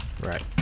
Right